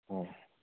ꯎꯝ